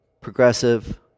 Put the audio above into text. progressive